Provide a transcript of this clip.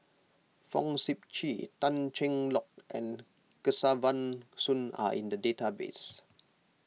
Fong Sip Chee Tan Cheng Lock and Kesavan Soon are in the database